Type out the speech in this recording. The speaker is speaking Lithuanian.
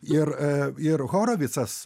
ir a ir horovicas